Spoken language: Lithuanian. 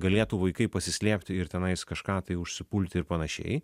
galėtų vaikai pasislėpti ir tenais kažką tai užsipulti ir panašiai